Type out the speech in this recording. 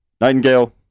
Nightingale